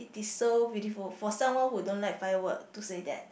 so beautiful for someone who don't like firework to say that